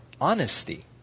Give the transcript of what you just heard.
honesty